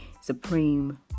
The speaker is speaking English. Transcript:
supreme